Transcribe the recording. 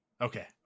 okay